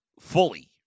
fully